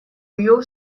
you